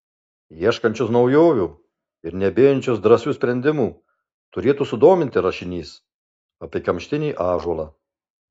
ieškančius naujovių ir nebijančius drąsių sprendimų turėtų sudominti rašinys apie kamštinį ąžuolą